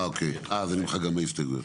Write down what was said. אוקיי, זה נמחק גם מההסתייגויות.